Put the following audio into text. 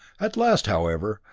at last, however,